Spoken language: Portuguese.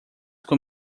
com